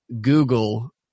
Google